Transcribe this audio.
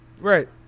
Right